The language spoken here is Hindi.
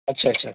अच्छा अच्छा